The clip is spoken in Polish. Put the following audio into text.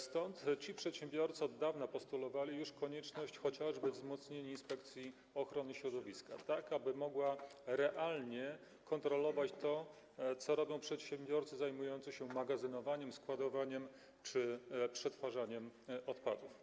Stąd ci przedsiębiorcy już od dawna postulowali konieczność chociażby wzmocnienia Inspekcji Ochrony Środowiska, tak aby mogła realnie kontrolować to, co robią przedsiębiorcy zajmujący się magazynowaniem, składowaniem czy przetwarzaniem odpadów.